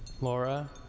Laura